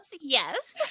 Yes